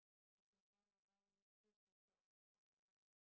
they can jump around play seesaw walk around